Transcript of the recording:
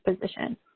position